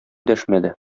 дәшмәде